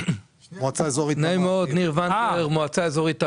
אני ממועצה אזורית תמר.